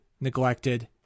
neglected